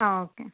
ആ ഓക്കെ